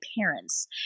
parents